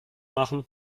machen